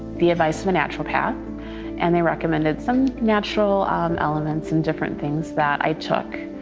the advice of a natural path and they recommended some natural um elements and different things that i took.